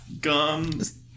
Gums